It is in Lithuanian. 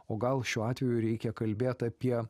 o gal šiuo atveju reikia kalbėt apie